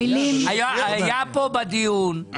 היה פה בדיון,